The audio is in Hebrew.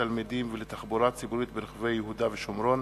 תלמידים ולתחבורה ציבורית ברחבי יהודה ושומרון,